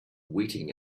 waiting